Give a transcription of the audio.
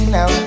Now